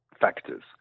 factors